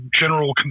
general